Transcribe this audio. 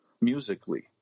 musically